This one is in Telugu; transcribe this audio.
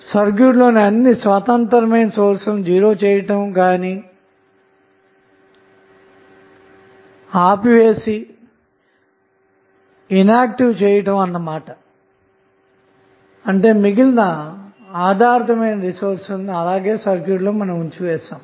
సర్క్యూట్ లోని అన్ని స్వతంత్రమైన రిసోర్స్ లను '0' చేయడం కానీ ఆపి వేసి నెట్వర్క్ను ఇనేక్టీవ్ చేయాలన్నమాట అలాగే మిగిలిన ఆధారితమైన రిసోర్స్ లను అలాగే సర్క్యూట్ లో ఉంచివేయాలి